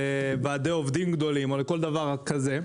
לוועדי עובדים גדולים או לכל דבר כזה,